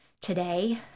today